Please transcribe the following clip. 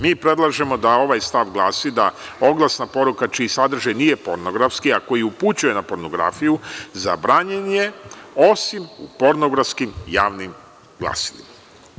Mi predlažemo da ovaj stav glasi – oglasna poruka čiji sadržaj nije pornografski, a koji upućuje na pornografiju zabranjen je osim u pornografskim javnim glasilima.